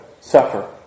suffer